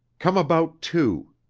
come about two.